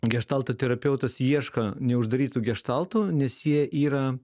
geštalto terapeutas ieško neuždarytų geštaltų nes jie yra